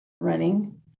running